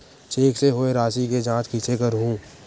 Cheque से होए राशि के जांच कइसे करहु?